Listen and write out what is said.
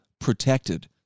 protected